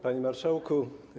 Panie Marszałku!